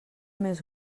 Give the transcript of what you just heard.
més